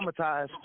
traumatized